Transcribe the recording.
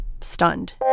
stunned